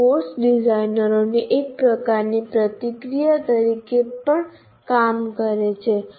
તે કોર્સ ડિઝાઇનરોને એક પ્રકારની પ્રતિક્રિયા તરીકે પણ કામ કરે છે